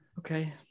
okay